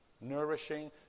nourishing